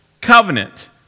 covenant